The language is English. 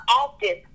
often